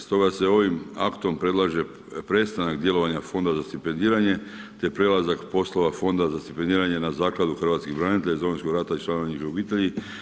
Stoga se ovim aktom predlaže prestanak djelovanja fonda za stipendiranje te prelazak poslova fonda za stipendiranje na zakladu hrvatskih branitelja iz Domovinskog rata i članova njihovih obitelji.